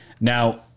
Now